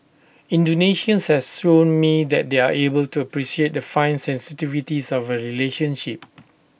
Indonesians has shown me that they are able to appreciate the fine sensitivities of A relationship